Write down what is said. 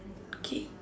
okay